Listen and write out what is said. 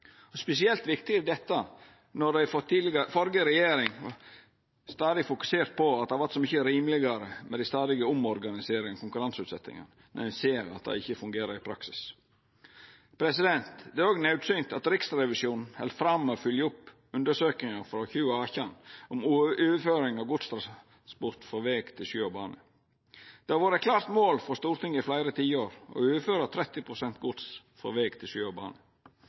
Spesielt viktig er dette når førre regjering stadig fokuserte på at det vart så mykje rimelegare med dei stadige omorganiseringane og konkurranseutsetjingane, men ein ser at det ikkje fungerer i praksis. Det er òg naudsynt at Riksrevisjonen held fram med å følgja opp undersøkinga frå 2018 om overføring av godstransport frå veg til sjø og bane. Det har vore eit klart mål for Stortinget i fleire tiår å overføra 30 pst. gods frå veg til sjø og bane.